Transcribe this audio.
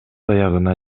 аягына